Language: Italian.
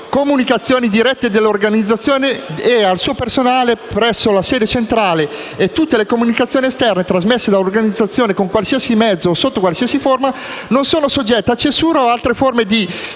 comunicazioni dirette all'Organizzazione o al suo personale presso la sede centrale e tutte le comunicazioni esterne, trasmesse dall'Organizzazione con qualsiasi mezzo o sotto qualsiasi forma, non sono soggette a censura o ad altre forme di